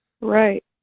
Right